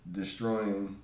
destroying